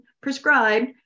prescribed